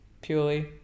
Purely